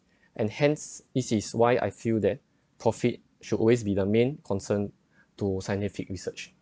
and hence this is why I feel that profit should always be the main concern to scientific research